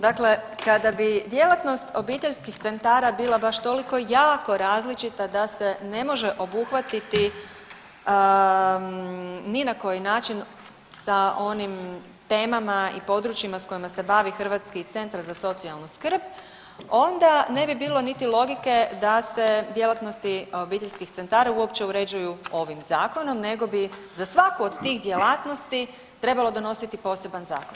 Dakle, kada bi djelatnost obiteljskih centara bila baš toliko jako različita da se ne mogu ubuhvatiti ni na koji način sa onim temama i područjima s kojima se bavi hrvatski centar za socijalnu skrb, onda ne bi bilo niti logike da se djelatnosti obiteljskih centara uopće uređuju ovim Zakonom nego bi za svaku od tih djelatnosti trebalo donositi poseban zakon.